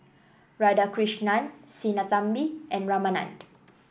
Radhakrishnan Sinnathamby and Ramanand